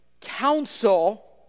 counsel